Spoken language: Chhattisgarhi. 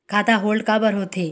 खाता होल्ड काबर होथे?